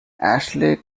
ashley